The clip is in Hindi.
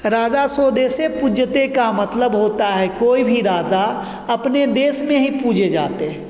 राजा स्वदेशे पूज्यते का मतलब होता है कोई भी राजा अपने देश में ही पूजे जाते हैं